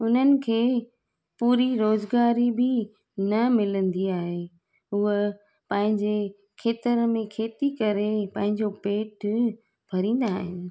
उन्हनि खे पूरी रोज़गारी बि न मिलंदी आहे उहे पंहिंजे खेत्र में खेती करे पंहिंजो पेटु भरींदा आहिनि